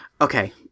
Okay